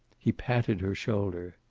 he patted her shoulder.